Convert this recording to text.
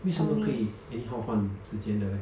为什么可以 anyhow 换时间的 leh